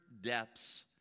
depths